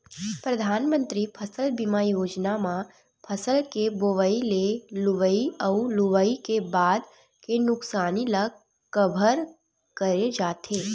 परधानमंतरी फसल बीमा योजना म फसल के बोवई ले लुवई अउ लुवई के बाद के नुकसानी ल कभर करे जाथे